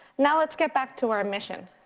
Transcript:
now let's get back to our mission.